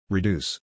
Reduce